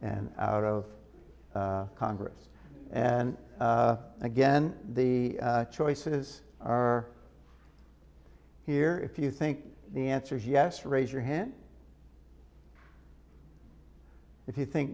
and out of congress and again the choices are here if you think the answer is yes raise your hand if you think